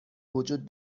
وجود